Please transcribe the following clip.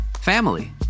family